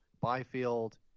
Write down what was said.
Byfield